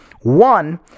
One